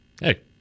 hey